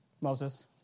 Moses